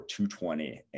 220